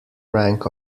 rank